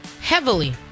heavily